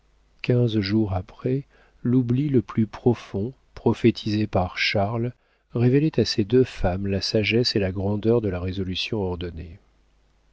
quinze jours après l'oubli le plus profond prophétisé par charles révélait à ces deux femmes la sagesse et la grandeur de la résolution ordonnée